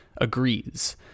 agrees